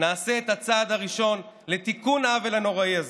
נעשה את הצעד הראשון לתיקון העוול הנוראי הזה.